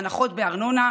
הנחות בארנונה,